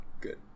Good